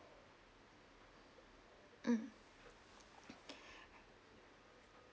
um